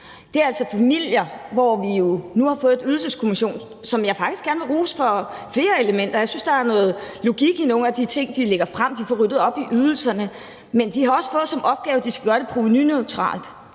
Jeg vil faktisk gerne rose Ydelseskommissionen for flere elementer. Jeg synes, der er noget logik i nogle af de ting, de lægger frem. De får ryddet op i ydelserne, men de har også fået som opgave, at de skal gøre det provenuneutralt.